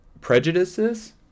prejudices